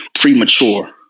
premature